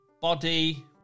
body